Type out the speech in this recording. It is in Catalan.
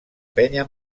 penya